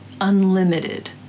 unlimited